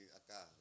acá